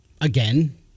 again